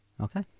Okay